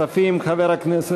יש חקיקה רבה היום.